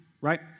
right